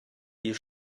you